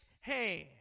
hand